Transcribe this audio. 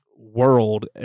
world